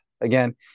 again